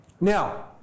now